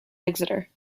exeter